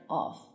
off